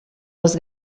les